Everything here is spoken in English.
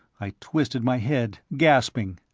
i twisted my head, gasping.